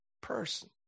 person